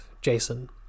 Jason